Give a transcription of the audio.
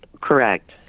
Correct